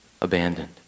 abandoned